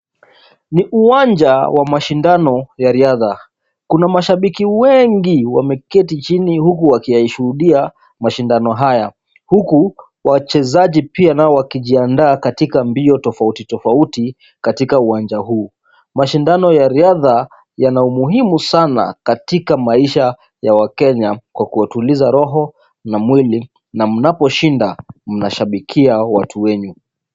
Ni uwanja wa mashindano ya riadha, Kuna mashabiki wengi wameketi chini huku wakiyashuhudia mashindano haya. Huku, wachezaji pia nao wakijiandaa katika mbio tofauti tofauti katika uwanja huu. Mashindano ya riadha yana umuhimu sana katika maisha ya Wakenya kwa kuwatuliza roho na mwili na mnaposhinda, mnashabikia watu wenu.